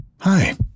Hi